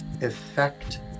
effect